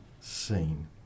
seen